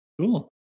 Cool